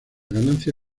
ganancia